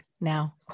now